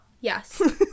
yes